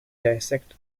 dissect